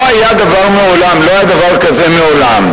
לא היה דבר כזה מעולם.